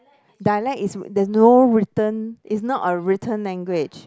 dialect is the no written it's not a written language